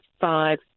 five